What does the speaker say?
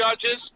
judges